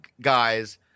guys